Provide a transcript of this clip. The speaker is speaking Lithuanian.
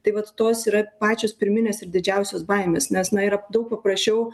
tai vat tos yra pačios pirminės ir didžiausios baimės nes na yra daug paprasčiau